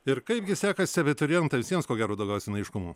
ir kaipgi sekasi abiturientams jiems ko gero daugiausia neaiškumų